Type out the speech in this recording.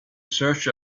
search